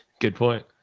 good point.